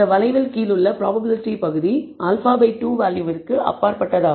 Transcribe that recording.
வளைவில் கீழுள்ள ப்ராப்பபிலிட்டி பகுதி α 2 வேல்யூவிற்கு அப்பாற்பட்டதாகும்